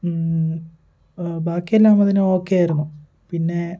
ബാക്കിയെല്ലാം അതിന് ഓക്കെ ആയിരുന്നു പിന്നെ